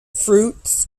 fruits